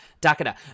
Dakota